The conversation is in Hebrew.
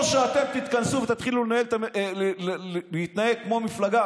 או שאתם תתכנסו ותתחילו להתנהג כמו מפלגה